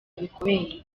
bikomeye